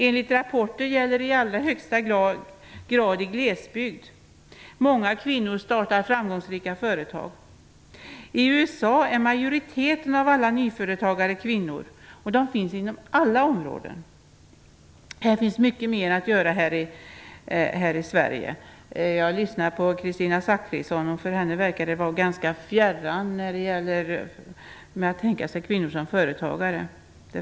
Enligt rapporter gäller det i allra högsta grad i glesbygd. Många kvinnor startar framgångsrika företag. I USA är en majoritet av alla nyföretagare kvinnor, och de finns inom alla områden. Det finns mycket mer att göra här i Sverige. Jag lyssnade på Kristina Zakrisson. Det verkade vara ganska så fjärran för henne att tänka sig kvinnor som företagare.